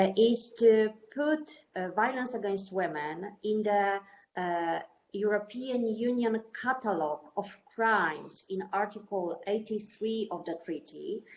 ah is to put ah violence against women in the the european union catalogue of crimes, in article eighty three of the treaty,